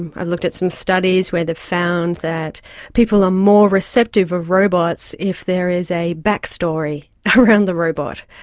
and i looked at some studies where they've found that people are more receptive of robots if there is a back-story around the robot.